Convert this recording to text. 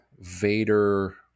vader